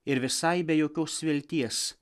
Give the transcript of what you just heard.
ir visai be jokios vilties